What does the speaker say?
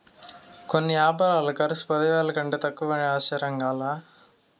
కొన్ని యాపారాల కర్సు పదివేల కంటే తక్కువంటే ఆశ్చర్యంగా లా